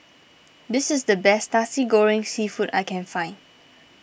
this is the best Nasi Goreng Seafood that I can find